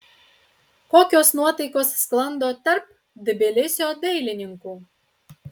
kokios nuotaikos sklando tarp tbilisio dailininkų